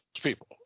people